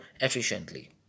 efficiently